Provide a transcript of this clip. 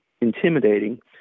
intimidating